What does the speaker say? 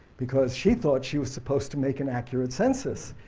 because she thought she was supposed to make an accurate census,